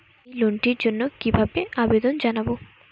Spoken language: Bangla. এই লোনটির জন্য কিভাবে আবেদন জানাবো?